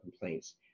complaints